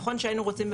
נכון שהיינו רוצים,